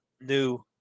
New